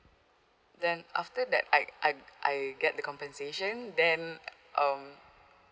then after that I I I get the compensation then um